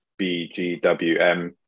BGWM